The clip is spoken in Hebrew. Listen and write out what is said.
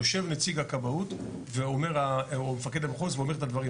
יושב נציג הכבאות או מפקד המחוז ואומר את הדברים.